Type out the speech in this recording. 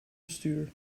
bestuur